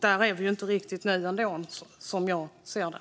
Där är vi inte riktigt nu, som jag ser det.